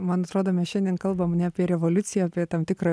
man atrodo mes šiandien kalbam ne apie revoliuciją apie tam tikrą